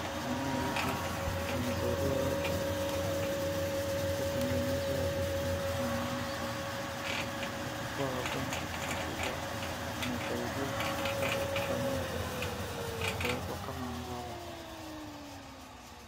Mimea hizi zinasaidia watu kutengeneza vitu muhimu sana. Wakikuwa wakubwa wanasaidia watu kufanya, kuwekwa kama mboga.